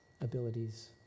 abilities